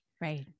Right